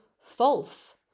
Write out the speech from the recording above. false